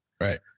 Right